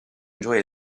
enjoy